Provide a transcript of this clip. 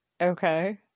Okay